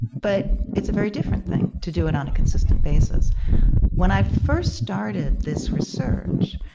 but it's a very different thing to do it on a consistent basis when i first started this research,